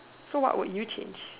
so what would you change